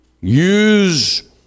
use